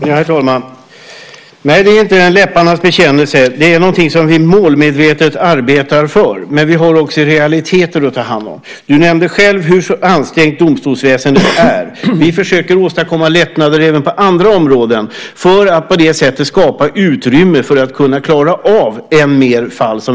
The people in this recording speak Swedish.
Herr talman! Nej, det är inte en läpparnas bekännelse. Det är något som vi målmedvetet arbetar för. Men vi har också realiteter att ta hand om. Du nämnde själv hur ansträngt domstolsväsendet är. Vi försöker åstadkomma lättnader även på andra områden för att på det sättet skapa utrymme för att kunna klara av än mer fall.